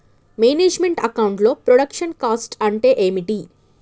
Manage meant account లో production cost అంటే ఏమిటి?